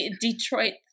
Detroit